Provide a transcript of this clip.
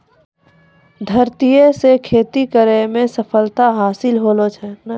धरतीये से खेती करै मे सफलता हासिल होलो छै